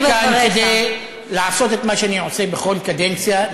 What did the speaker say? עליתי כאן כדי לעשות את מה שאני עושה בכל קדנציה,